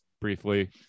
briefly